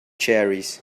cherries